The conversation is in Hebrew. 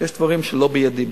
יש דברים שלא בידי בכלל.